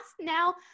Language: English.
now